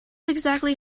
exactly